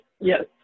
Yes